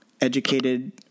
educated